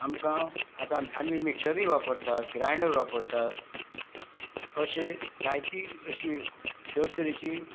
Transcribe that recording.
आमकां आतां आमी मिक्सरी वापरतात ग्रांयडर वापरतात अशें जायती अशी तरतरेची